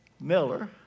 Miller